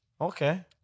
Okay